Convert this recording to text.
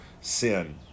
sin